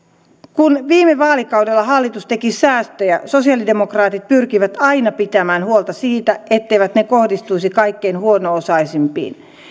kun viime vaalikaudella hallitus teki säästöjä sosialidemokraatit pyrkivät aina pitämään huolta siitä etteivät ne kohdistuisi kaikkein huono osaisimpiin